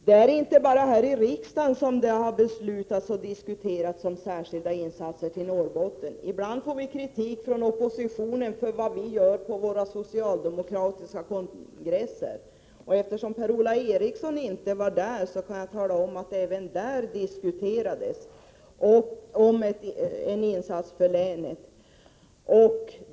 Det är inte bara här i riksdagen som det har beslutats och diskuterats om särskilda insatser för Norrbotten. Ibland får vi kritik från oppositionen för vad vi gör på våra socialdemokratiska kongresser. Eftersom Per-Ola Eriksson inte var med på den senaste kongressen, kan jag tala om att vi även där diskuterade en insats för Norrbottens län.